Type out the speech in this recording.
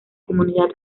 comunidad